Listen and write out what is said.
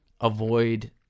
avoid